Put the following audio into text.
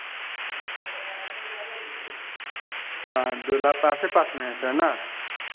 हाँ डोला पासै पास में है सर ना